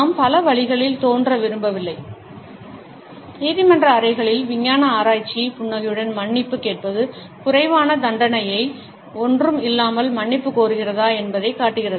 நாம் பல வழிகளில் தோன்ற விரும்பவில்லை நீதிமன்ற அறைகளில் விஞ்ஞான ஆராய்ச்சி புன்னகையுடன் மன்னிப்பு கேட்பது குறைவான தண்டனையை ஒன்றும் இல்லாமல் மன்னிப்புக் கோருகிறதா என்பதைக் காட்டுகிறது